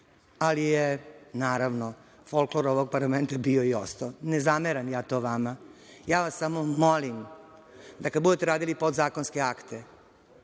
ali je, naravno, folklor ovog parlamenta bio i ostao. Ne zameram ja to vama, ja vas samo molim da, kada budete radili podzakonske akte,